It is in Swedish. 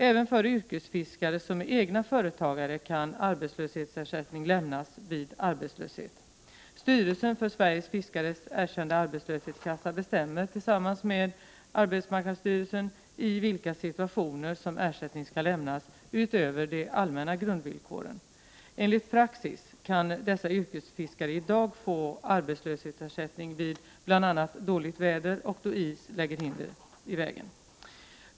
Även för yrkesfiskare som är egna företagare kan arbetslöshetsersättning lämnas vid arbetslöshet. Styrelsen för Sveriges fiskares erkända arbetslöshetskassa bestämmer tillsammans med arbetsmarknadsstyrelsen i vilka situationer som ersättning skall lämnas utöver de allmänna grundvillkoren. Enligt praxis kan dessa yrkesfiskare i dag få arbetslöshetsersättning vid bl.a. dåligt väder och då is lägger hinder i vägen.